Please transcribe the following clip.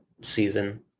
season